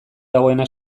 dagoena